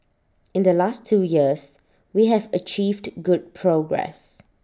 in the last two years we have achieved good progress